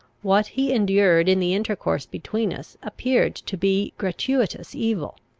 what he endured in the intercourse between us appeared to be gratuitous evil.